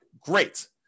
great